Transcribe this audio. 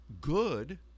good